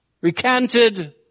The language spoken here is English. recanted